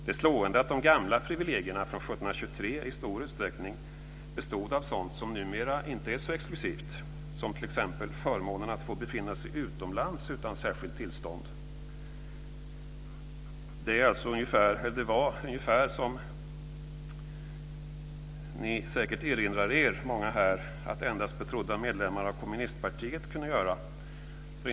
Det är slående att de gamla privilegierna från 1723 i stor utsträckning bestod av sådant som numera inte är så exklusivt, som t.ex. förmånen att få befinna sig utomlands utan särskilt tillstånd. Som säkert många här erinrar sig var det i vissa länder en förmån som för inte så få år sedan endast betrodda medlemmar av kommunistpartiet hade.